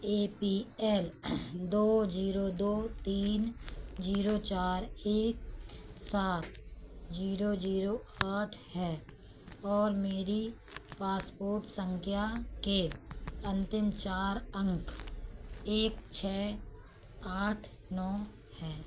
ए P L दो zero दो तीन जीरो चार एक सात जीरो जीरो आठ है और मेरी पासपोर्ट संख्या के अंतिम चार अंक एक छः आठ नौ है